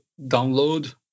download